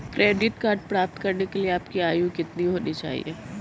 Credit card प्राप्त करने के लिए आपकी आयु कितनी होनी चाहिए?